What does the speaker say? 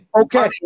Okay